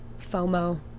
FOMO